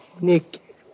Nick